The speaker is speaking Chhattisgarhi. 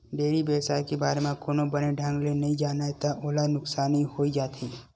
डेयरी बेवसाय के बारे म कोनो बने ढंग ले नइ जानय त ओला नुकसानी होइ जाथे